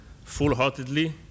full-heartedly